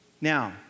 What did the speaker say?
Now